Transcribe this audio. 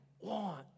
want